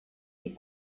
die